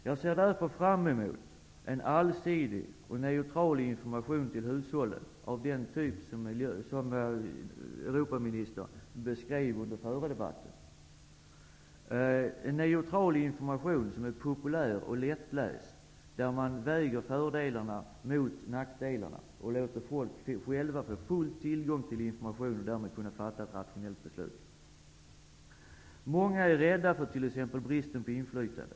Jag ser därför fram mot en allsidig och neutral information till hushållen, av den typ som Europaministern beskrev under den förra debatten -- neutral information som är populär och lättläst, där fördelarna vägs mot nackdelarna och ger människorna själva tillgång till hela informationen och därmed gör det möjligt för dem att själva fatta ett rationellt beslut. Många är rädda för t.ex. bristen på inflytande.